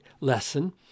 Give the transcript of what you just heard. lesson